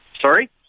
Sorry